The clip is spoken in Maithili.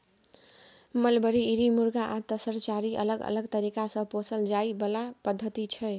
मलबरी, इरी, मुँगा आ तसर चारि अलग अलग तरीका सँ पोसल जाइ बला पद्धति छै